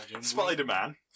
Spider-Man